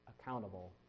accountable